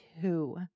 two